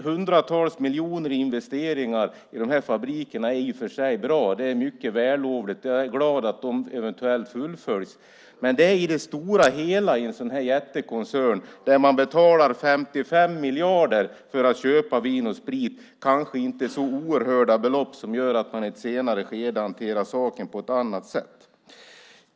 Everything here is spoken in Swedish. Hundratals miljoner i investeringar i de här fabrikerna är i och för sig bra. Det är mycket vällovligt, och jag är glad att de eventuellt fullföljs. Men i det stora hela i en sådan här jättekoncern, där man betalar 55 miljarder för att köpa Vin & Sprit, är det kanske inte så oerhörda belopp som gör att man i ett senare skede hanterar saken på ett annat sätt.